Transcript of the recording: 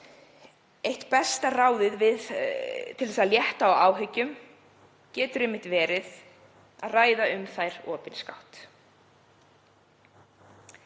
Eitt besta ráðið til þess að létta á áhyggjum getur einmitt verið að ræða um þær opinskátt.